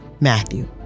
Matthew